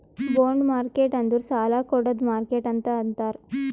bond market ಅಂದುರ್ ಸಾಲಾ ಕೊಡ್ಡದ್ ಮಾರ್ಕೆಟ್ ಅಂತೆ ಅಂತಾರ್